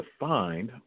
defined